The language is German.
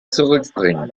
zurückbringen